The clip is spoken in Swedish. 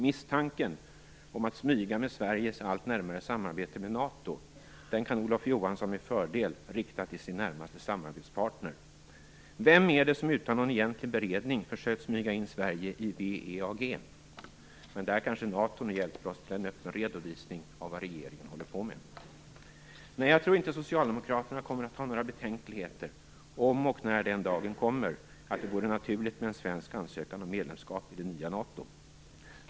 Misstanken om att det smygs med Sveriges allt närmare samarbete med NATO kan Olof Johansson med fördel rikta till sin närmaste samarbetspartner. Vem är det som utan någon egentlig beredning försökt smyga in Sverige i WEAG? Men där kanske NATO nu hjälper oss till en öppen redovisning av vad regeringen håller på med. Nej, jag tror inte att Socialdemokraterna kommer att ha några betänkligheter, om och när den dagen kommer att det vore naturligt med en svensk ansökan om medlemskap i det nya NATO.